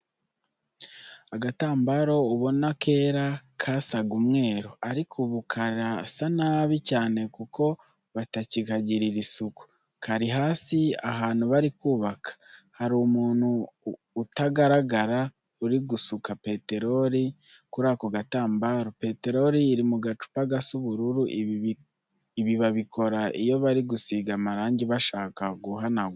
Agatambaro ubona ko kera kasaga umweru, ariko ubu karasa nabi cyane kuko batakagirira isuku. Kari hasi ahantu bari kubaka, hari umuntu utagaragara uri gusuka peterori kuri ako gatambaro, peterori iri mu gacupa gasa ubururu, ibi babikora iyo bari gusiga amarangi bashaka guhanagura.